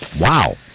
Wow